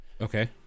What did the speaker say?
Okay